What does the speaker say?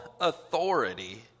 authority